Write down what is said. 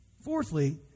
Fourthly